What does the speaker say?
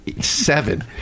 seven